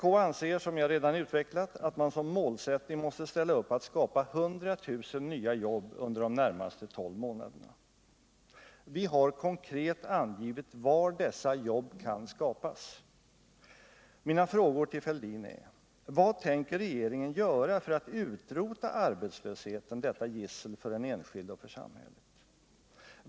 Vpk anser, som jag redan utvecklat, att man som målsättning måste ställa upp att skapa 100 000 nya jobb under de närmaste tolv månaderna. Vi har konkret angivit var dessa jobb kan skapas. Mina frågor till herr Fälldin är följande: Vad tänker regeringen göra för att utrota arbetslösheten — detta gissel för den enskilde och för samhället?